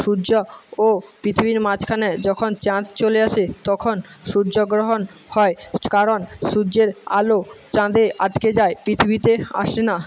সূয্য ও পৃথিবীর মাঝখানে যখন চাঁদ চলে আসে তখন সূর্যগ্রহণ হয় কারণ সূয্যের আলো চাঁদে আটকে যায় পৃথিবীতে আসে না